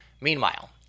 Meanwhile